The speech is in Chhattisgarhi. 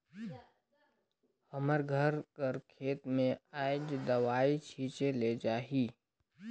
हमर घर कर खेत में आएज दवई छींचे ले जाही